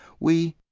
we